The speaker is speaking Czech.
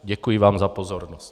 Děkuji vám za pozornost.